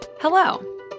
Hello